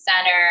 center